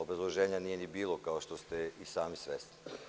Obrazloženja nije ni bilo, kao što ste i sami svesni.